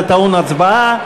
זה טעון הצבעה,